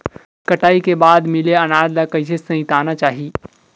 कटाई के बाद मिले अनाज ला कइसे संइतना चाही?